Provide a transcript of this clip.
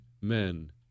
men